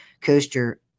coaster